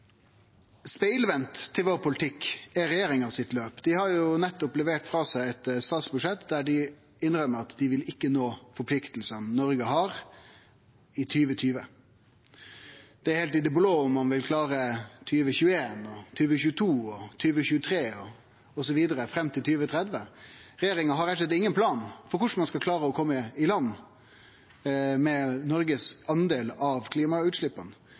Spegelvend til vår politikk er regjeringa sitt løp. Dei har nettopp levert frå seg eit statsbudsjett der dei innrømmer at dei ikkje vil nå forpliktingane Noreg har i 2020. Det er heilt i det blå om ein vil klare 2021, 2022, 2023, osv. fram til 2030. Regjeringa har rett og slett ingen plan for korleis ein skal klare å kome i land med Noregs del av